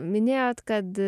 minėjot kad